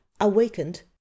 awakened